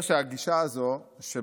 הזו,